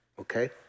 Okay